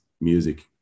music